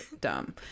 dumb